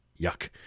yuck